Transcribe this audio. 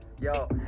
yo